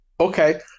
Okay